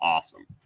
Awesome